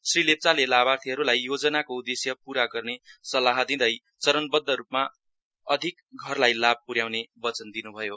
श्री लेप्वाले लाभार्थीहरूलाई योजनाको उदेश्य प्रा गर्ने सल्लाह दिँदै चरणबध्दरूपमा अधिक घरलाई लाभ पर्याउने वचन दिनुभयो